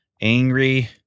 angry